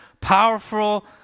powerful